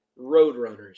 Roadrunners